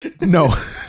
No